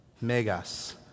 Megas